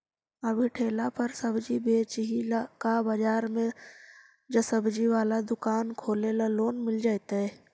अभी ठेला पर सब्जी बेच ही का बाजार में ज्सबजी बाला दुकान खोले ल लोन मिल जईतै?